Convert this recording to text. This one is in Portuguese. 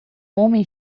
homem